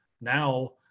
Now